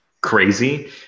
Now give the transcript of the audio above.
crazy